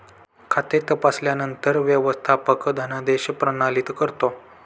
खाते तपासल्यानंतर व्यवस्थापक धनादेश प्रमाणित करतो